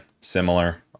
similar